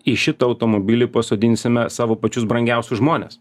į šitą automobilį pasodinsime savo pačius brangiausius žmones